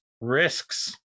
risks